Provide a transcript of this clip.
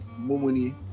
Mumuni